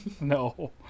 no